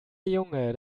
junge